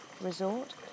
resort